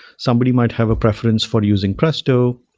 somebody might have a preference for using presto.